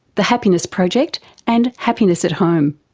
the happiness project and happiness at home.